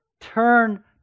turn